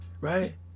Right